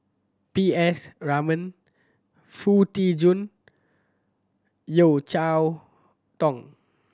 P S Raman Foo Tee Jun Yeo Cheow Tong